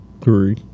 three